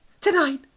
Tonight